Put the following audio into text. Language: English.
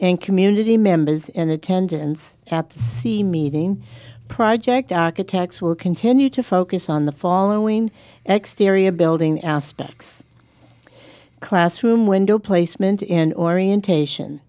and community members in attendance at the meeting project architects will continue to focus on the following exterior building aspects classroom window placement in orientation